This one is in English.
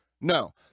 no